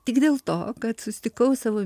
tik dėl to kad susitikau savo